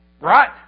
Right